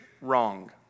wrong